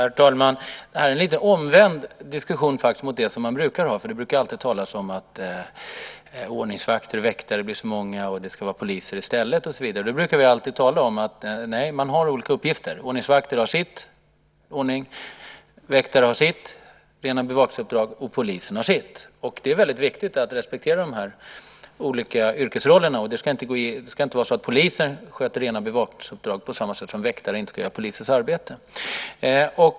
Herr talman! Detta är en lite omvänd diskussion jämfört med vad man brukar ha. Det brukar alltid talas om att antalet ordningsvakter och väktare är så stort och att det ska vara poliser i stället. Då brukar vi alltid tala om att de har olika uppgifter. Ordningsvakter har sina uppgifter, väktare har rena bevakningsuppdrag, och polisen har sina uppgifter. Det är väldigt viktigt att respektera dessa olika yrkesroller. Polisen ska inte sköta rena bevakningsuppdrag, på samma sätt som väktare inte ska göra polisens arbete.